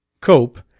cope